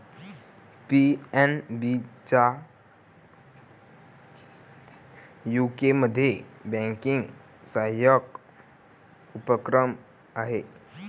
PNB चा यूकेमध्ये banking सहाय्यक उपक्रम आहे